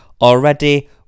Already